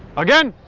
again